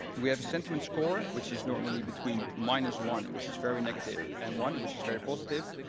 we have a sentiment score which is normally between minus one, which is very negative, and one, which is very positive,